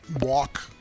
walk